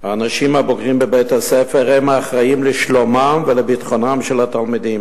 האנשים הבוגרים בבית-הספר הם האחראים לשלומם ולביטחונם של התלמידים.